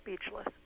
speechless